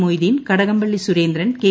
Moideen Kadakampally Surendran K